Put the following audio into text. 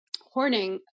horning